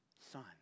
son